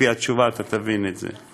לפי התשובה אתה תבין את זה.